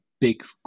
big